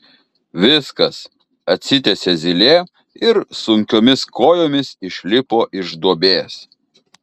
viskas atsitiesė zylė ir sunkiomis kojomis išlipo iš duobės